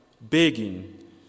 begging